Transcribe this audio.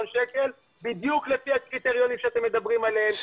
שקלים בדיוק לפי הקריטריונים שאתם מדברים עליהם,